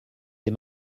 des